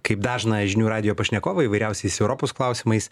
kaip dažną žinių radijo pašnekovą įvairiausiais europos klausimais